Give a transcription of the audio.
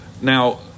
Now